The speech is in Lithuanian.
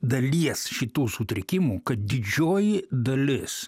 dalies šitų sutrikimų kad didžioji dalis